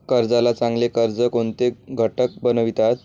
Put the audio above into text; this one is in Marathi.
कर्जाला चांगले कर्ज कोणते घटक बनवितात?